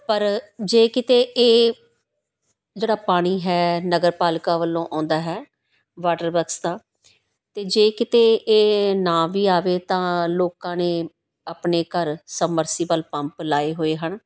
ਪਰ ਜੇ ਕਿਤੇ ਇਹ ਜਿਹੜਾ ਪਾਣੀ ਹੈ ਨਗਰ ਪਾਲਿਕਾ ਵੱਲੋਂ ਆਉਂਦਾ ਹੈ ਵਾਟਰ ਵਾਕਸ ਦਾ ਅਤੇ ਜੇ ਕਿਤੇ ਇਹ ਨਾ ਵੀ ਆਵੇ ਤਾਂ ਲੋਕਾਂ ਨੇ ਆਪਣੇ ਘਰ ਸਮਰਸੀਬਲ ਪੰਪ ਲਾਏ ਹੋਏ ਹਨ